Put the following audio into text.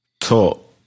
talk